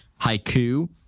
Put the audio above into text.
Haiku